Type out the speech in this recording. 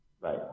Right